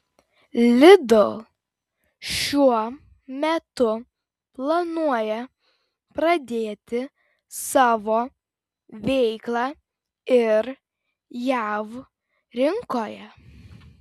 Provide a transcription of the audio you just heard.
lidl šiuo metu planuoja pradėti savo veiklą ir jav rinkoje